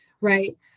Right